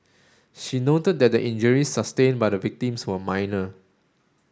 she noted that the injuries sustained by the victims were minor